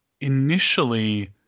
initially